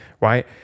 right